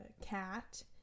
cat